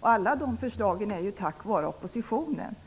Alla de förslagen har kommit tack vare oppositionen.